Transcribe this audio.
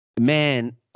Man